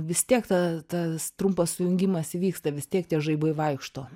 vis tiek tada tas trumpas sujungimas įvyksta vis tiek tie žaibai vaikšto